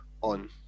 on